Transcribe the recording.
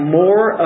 more